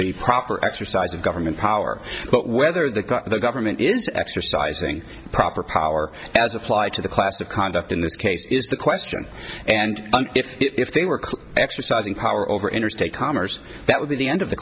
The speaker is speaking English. the proper exercise of government power whether the the government is exercising proper power as applied to the class of conduct in this case is the question and if they were exercising power over interstate commerce that would be the end of the